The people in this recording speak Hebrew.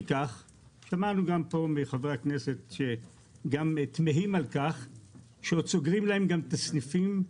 שמענו פה מחברי הכנסת שהם תמהים על כך שעוד סוגרים להם את הסניפים.